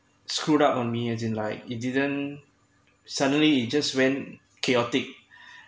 screwed up on me as in like it didn't suddenly just when chaotic